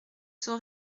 son